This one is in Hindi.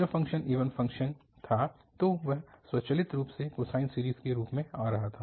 जब फ़ंक्शन इवन फ़ंक्शन कर रहा था तो यह स्वचालित रूप से कोसाइन सीरीज़ के रूप में आ रहा था